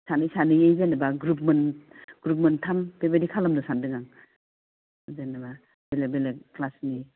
सानै सानैयै जेन'बा ग्रुप मोनथाम बेबादि खालामनानै बिदि खालामनो सानदों आं जेन'बा बेलेग बेलेग क्लासनि